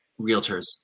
realtors